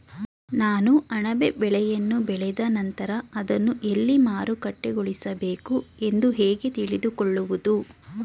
ನಾನು ಅಣಬೆ ಬೆಳೆಯನ್ನು ಬೆಳೆದ ನಂತರ ಅದನ್ನು ಎಲ್ಲಿ ಮಾರುಕಟ್ಟೆಗೊಳಿಸಬೇಕು ಎಂದು ಹೇಗೆ ತಿಳಿದುಕೊಳ್ಳುವುದು?